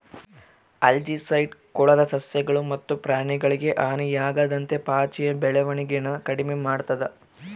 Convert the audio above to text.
algicide ಕೊಳದ ಸಸ್ಯಗಳು ಮತ್ತು ಪ್ರಾಣಿಗಳಿಗೆ ಹಾನಿಯಾಗದಂತೆ ಪಾಚಿಯ ಬೆಳವಣಿಗೆನ ಕಡಿಮೆ ಮಾಡ್ತದ